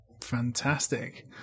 Fantastic